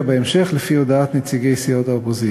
בהמשך לפי הודעת נציגי סיעות האופוזיציה.